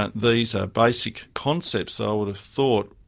and these are basic concepts, i would've thought,